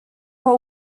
for